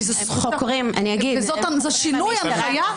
כי זה --- וזה שינוי הנחיה.